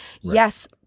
yes